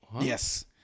Yes